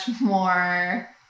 more